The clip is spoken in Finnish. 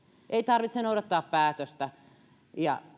ei tarvitse noudattaa päätöstä ja